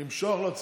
לא צריך.